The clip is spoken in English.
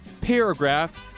paragraph